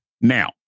Now